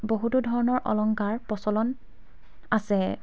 বহুতো ধৰণৰ অলংকাৰ প্ৰচলন আছে